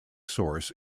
source